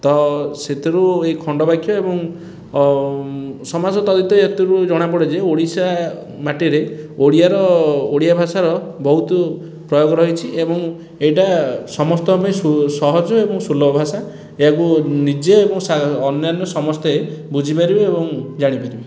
ତ ସେଥିରୁ ଏ ଖଣ୍ଡବାକ୍ୟ ଏବଂ ସମାଜ ହିତରୁ ଜଣାପଡ଼େ ଯେ ଓଡ଼ିଶା ମାଟିରେ ଓଡ଼ିଆର ଓଡ଼ିଆ ଭାଷାର ବହୁତ ପ୍ରୟୋଗ ରହିଛି ଏବଂ ଏଇଟା ସମସ୍ତଙ୍କ ପାଇଁ ସୁ ସହଜ ଏବଂ ସୁଲଭ ଭାଷା ଏହାକୁ ନିଜେ ଏବଂ ସା ଅନ୍ୟାନ୍ୟ ସମସ୍ତେ ବୁଝିପାରିବେ ଏବଂ ଜାଣିପାରିବେ